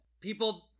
people